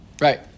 Right